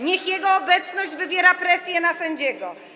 niech jego obecność wywiera presję na sędziego.